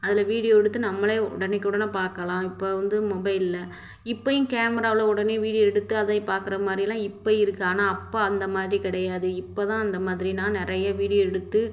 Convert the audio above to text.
அதில் வீடியோ எடுத்து நம்மளே உடனேக்கு உடனே பார்க்கலாம் இப்போ வந்து மொபைல்ல இப்போயும் கேமராவில உடனே வீடியோ எடுத்து அதையும் பார்க்குறமாரிலாம் இப்போ இருக்குது ஆனால் அப்போ அந்தமாதிரி கிடையாது இப்போ தான் அந்தமாதிரிலாம் நிறைய வீடியோ எடுத்து